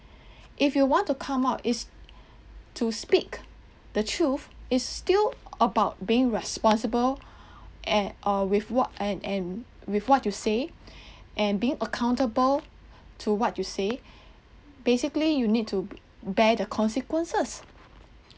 if you want to come out is to speak the truth is still about being responsible eh or with what and and with what you say and being accountable to what you say basically you need to bear the consequences